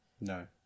No